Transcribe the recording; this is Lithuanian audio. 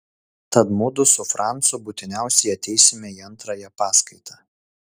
tad mudu su francu būtiniausiai ateisime į antrąją paskaitą